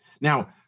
Now